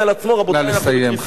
נא לסיים, חבר הכנסת בן-ארי.